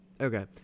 okay